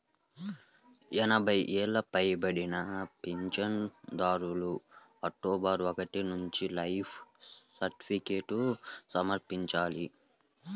ఎనభై ఏళ్లు పైబడిన పింఛనుదారులు అక్టోబరు ఒకటి నుంచి లైఫ్ సర్టిఫికేట్ను సమర్పించాలి